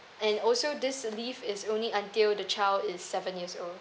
and also this leave is only until the child is seven years old